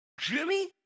Jimmy